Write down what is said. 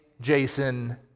Jason